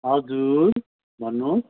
हजुर भन्नुहोस्